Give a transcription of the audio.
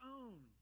own